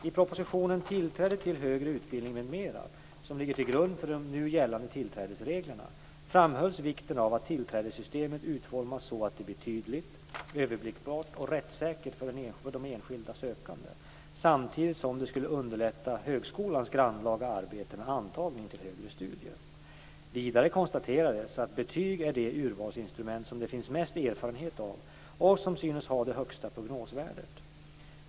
I propositionen Tillträde till högre utbildning m.m. , som ligger till grund för nu gällande tillträdesregler, framhölls vikten av att tillträdessystemet utformas så att det blir tydligt, överblickbart och rättssäkert för de enskilda sökandena samtidigt som det skulle underlätta högskolans grannlaga arbete med antagning till högre studier. Vidare konstaterades att betyg är det urvalsinstrument som det finns mest erfarenhet av och som synes ha det högsta prognosvärdet.